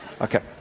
Okay